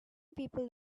people